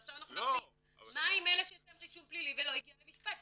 עכשיו נגיד מה עם אלה שיש להם רישום פלילי ולא הגיע למשפט,